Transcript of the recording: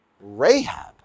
Rahab